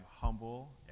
humble